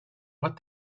what